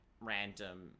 random